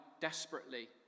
desperately